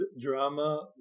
drama